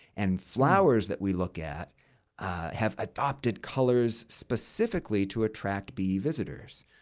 and flowers that we look at have adopted colors specifically to attract bee visitors.